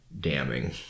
damning